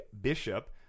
Bishop